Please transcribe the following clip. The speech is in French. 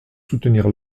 soutenir